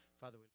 Father